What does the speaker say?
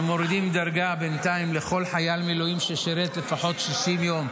אנחנו מורידים דרגה בינתיים לכל חייל מילואים ששירת לפחות 60 יום,